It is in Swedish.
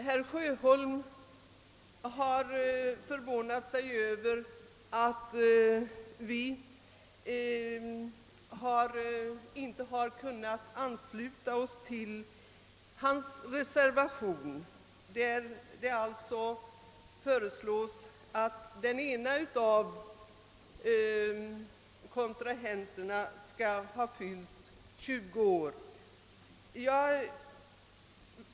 Herr Sjöholm uttryckte förvåning över att vi inte kunnat ansluta oss till hans reservation, i vilken föreslås att den ena av kontrahenterna skall ha fyllt 20 år.